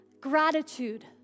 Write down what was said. gratitude